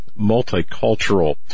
multicultural